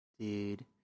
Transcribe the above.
Dude